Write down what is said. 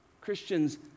Christians